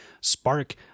spark